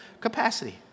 Capacity